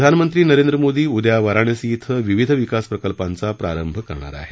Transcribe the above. प्रधानमंत्री नरेंद्र मोदी उद्या वाराणसी इथं विविध विकास प्रकल्पांचा प्रारंभ करणार आहेत